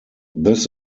this